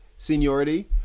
Seniority